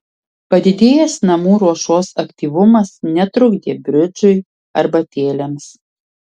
padidėjęs namų ruošos aktyvumas netrukdė bridžui arbatėlėms